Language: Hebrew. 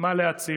מה להציל.